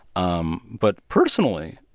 um but personally,